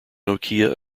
nokia